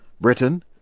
Britain